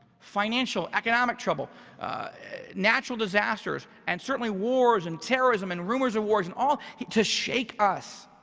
financial, economic trouble natural disasters, and certainly wars and terrorism and rumors of wars and all, to shake us